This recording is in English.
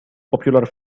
popular